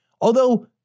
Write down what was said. although-